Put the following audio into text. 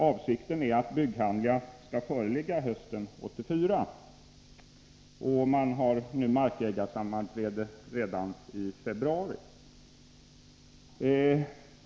Avsikten är att bygghandlingar skall föreligga hösten 1984. Markägarsammanträde kommer att hållas redan i februari.